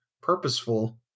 purposeful